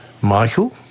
Michael